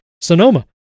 Sonoma